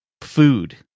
food